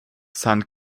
san